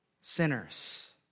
sinners